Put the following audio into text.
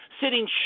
sitting